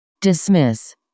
Dismiss